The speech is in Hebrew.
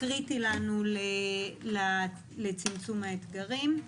קריטי לנו לצמצום האתגרים.